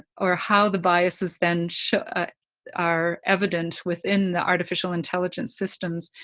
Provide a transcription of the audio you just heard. or how the biases then are evident within the artificial intelligence systems,